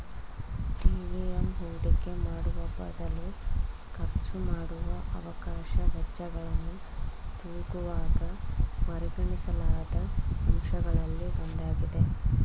TVM ಹೂಡಿಕೆ ಮಾಡುವಬದಲು ಖರ್ಚುಮಾಡುವ ಅವಕಾಶ ವೆಚ್ಚಗಳನ್ನು ತೂಗುವಾಗ ಪರಿಗಣಿಸಲಾದ ಅಂಶಗಳಲ್ಲಿ ಒಂದಾಗಿದೆ